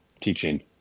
teaching